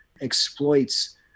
exploits